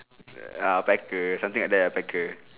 err ah packer something like that ah packer